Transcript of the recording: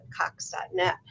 cox.net